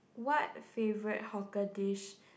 what favorite hawker dish